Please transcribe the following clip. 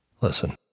Listen